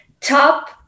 Top